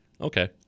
Okay